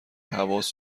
حواس